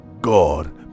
god